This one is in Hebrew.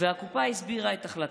הקופה הסבירה את החלטתה: